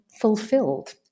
fulfilled